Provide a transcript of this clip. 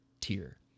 tier